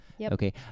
Okay